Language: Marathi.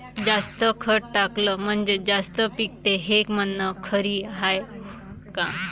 जास्त खत टाकलं म्हनजे जास्त पिकते हे म्हन खरी हाये का?